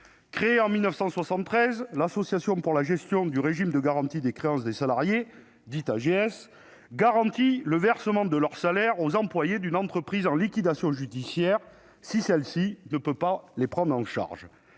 Créée en 1973, l'Association pour la gestion du régime de garantie des créances des salariés, dite AGS, garantit le versement de leurs salaires aux employés d'une entreprise en liquidation judiciaire, si celle-ci ne peut les prendre en charge.